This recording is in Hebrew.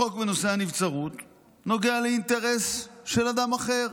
החוק בנושא הנבצרות נוגע לאינטרס של אדם אחר,